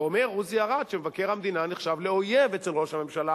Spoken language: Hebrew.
אומר עוזי ארד שמבקר המדינה נחשב לאויב אצל ראש הממשלה